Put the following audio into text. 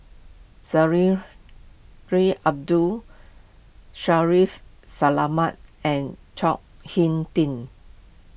ray Abdul Shaffiq Selamat and Chao Hing Tin